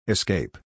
Escape